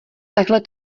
takhle